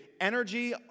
energy